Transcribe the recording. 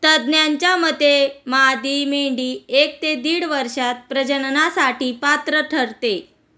तज्ज्ञांच्या मते मादी मेंढी एक ते दीड वर्षात प्रजननासाठी पात्र ठरते